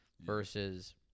versus